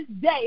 day